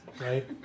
right